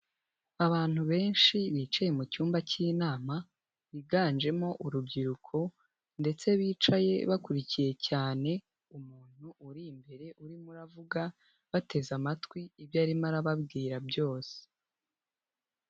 Abantu benshi bicaye mu cyumba cy'inama, biganjemo urubyiruko ndetse bicaye bakurikiye cyane umuntu uri imbere urimo uravuga, bateze amatwi ibyo arimo arababwira byose.